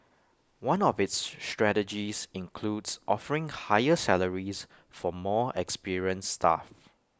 one of its strategies includes offering higher salaries for more experienced staff